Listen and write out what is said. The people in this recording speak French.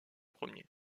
premier